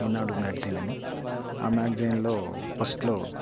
ఈనాడు మ్యాగ్జైన్నని ఆ మ్యాగ్జైన్లో ఫస్ట్లో